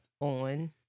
on